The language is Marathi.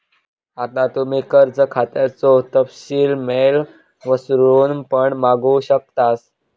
आता तुम्ही कर्ज खात्याचो तपशील मेल वरसून पण मागवू शकतास